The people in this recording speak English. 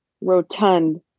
rotund